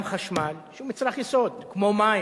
גם חשמל, שהוא מצרך יסוד, כמו מים,